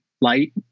light